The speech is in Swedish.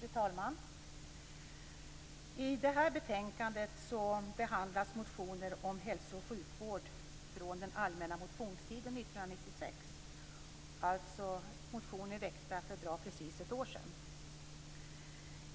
Fru talman! I det här betänkandet behandlas motioner om hälso och sjukvård från den allmänna motionstiden 1996, alltså motioner väckta för bra precis ett år sedan.